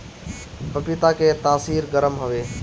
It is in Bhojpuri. पपीता के तासीर गरम हवे